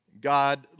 God